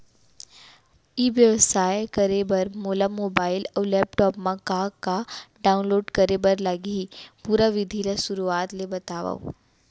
ई व्यवसाय करे बर मोला मोबाइल अऊ लैपटॉप मा का का डाऊनलोड करे बर लागही, पुरा विधि ला शुरुआत ले बतावव?